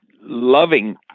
loving